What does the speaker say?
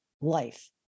life